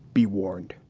be warned.